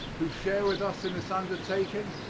who share with us in this undertaking,